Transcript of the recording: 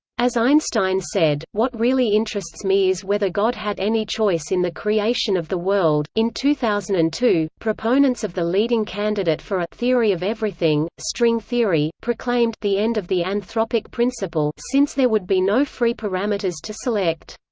as einstein said what really interests me is whether god had any choice in the creation of the world. in two thousand and two, proponents of the leading candidate for a theory of everything, string theory, proclaimed the end of the anthropic principle since there would be no free parameters to select.